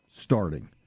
starting